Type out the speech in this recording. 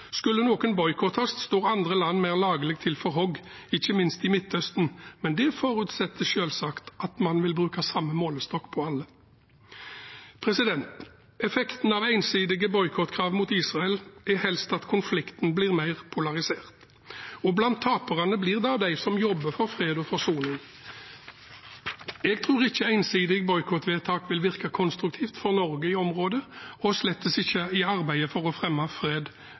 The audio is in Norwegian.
Skulle noen boikottes, står andre land mer lagelig til for hogg, ikke minst i Midtøsten, men det forutsetter selvsagt at man vil bruke samme målestokk på alle. Effekten av ensidige boikottkrav mot Israel er helst at konflikten blir mer polarisert, og blant taperne blir de som jobber for fred og forsoning. Jeg tror ikke ensidige boikottvedtak vil virke konstruktivt for Norge i området, og slett ikke i arbeidet for å fremme fred